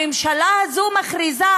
הממשלה הזו מכריזה,